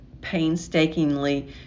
painstakingly